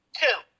two